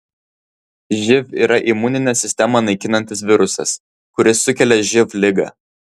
živ yra imuninę sistemą naikinantis virusas kuris sukelia živ ligą